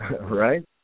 Right